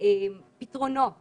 פתרונות